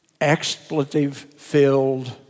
expletive-filled